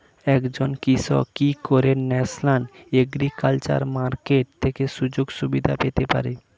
একজন কৃষক কি করে ন্যাশনাল এগ্রিকালচার মার্কেট থেকে সুযোগ সুবিধা পেতে পারে?